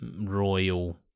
royal